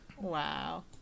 Wow